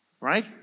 Right